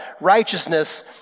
righteousness